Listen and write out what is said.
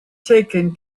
taken